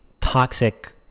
toxic